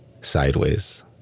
sideways